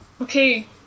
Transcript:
Okay